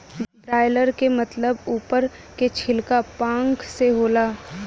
broiler क मतलब उप्पर के छिलका पांख से होला